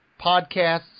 podcasts